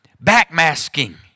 back-masking